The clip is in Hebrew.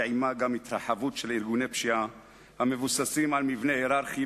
ועמה גם התרחבות של ארגוני פשיעה המבוססים על מבנה הייררכי.